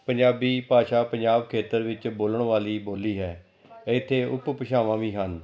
ਪੰਜਾਬੀ ਭਾਸ਼ਾ ਪੰਜਾਬ ਖੇਤਰ ਵਿੱਚ ਬੋਲਣ ਵਾਲੀ ਬੋਲੀ ਹੈ ਇੱਥੇ ਉਪ ਭਾਸ਼ਾਵਾਂ ਵੀ ਹਨ